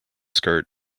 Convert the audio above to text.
skirt